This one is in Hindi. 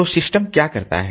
तो सिस्टम क्या करता है